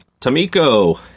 Tamiko